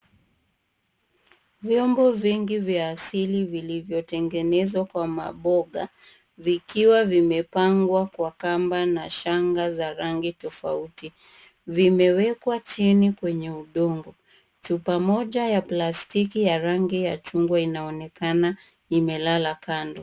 Vyombo vingi vya asili vilivyotengenezwa kwa maboga, vikiwa vimepangwa kwa kamba na shanga za rangi tofauti. Vimewekwa chini kwenye udongo. Chupa moja ya plastiki ya rangi ya chungwa inaonekana imelala kando.